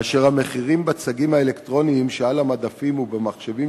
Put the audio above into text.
כאשר המחירים בצגים האלקטרוניים שעל המדפים ובמחשבים